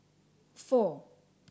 four